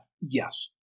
yes